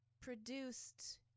produced